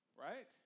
right